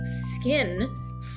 skin